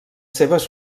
seves